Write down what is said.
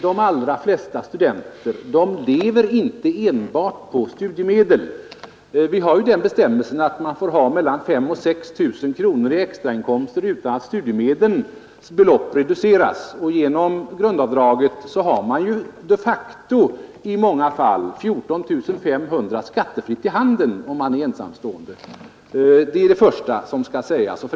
De allra flesta studenter lever inte enbart på studiemedel. Vi har bestämmelsen att man får ha mellan 5 000 och 6000 kronor i extrainkomster utan att studiemedelsbeloppet reduceras. Genom grundavdraget har man de facto i många fall 14 500 kronor skattefritt i handen om man är ensamstående. Det är det första som skall sägas.